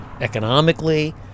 economically